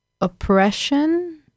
oppression